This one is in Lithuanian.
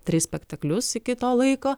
tris spektaklius iki to laiko